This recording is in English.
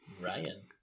Ryan